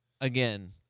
again